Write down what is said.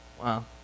wow